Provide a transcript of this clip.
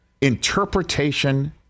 interpretation